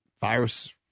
virus